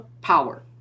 power